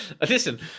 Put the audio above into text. Listen